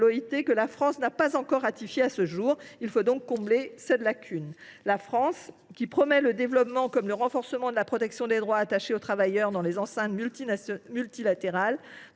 que la France n’a pas encore ratifiée à ce jour. Il faut combler cette lacune. Notre pays, qui promeut le développement comme le renforcement de la protection des droits attachés aux travailleurs dans les enceintes multilatérales,